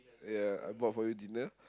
ya I bought for you dinner